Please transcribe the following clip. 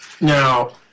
Now